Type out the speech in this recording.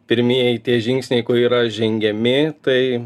pirmieji žingsniai yra žengiami tai